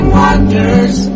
wonders